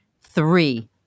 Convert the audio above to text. Three